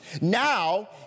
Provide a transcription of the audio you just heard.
Now